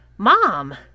mom